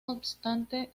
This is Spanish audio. obstante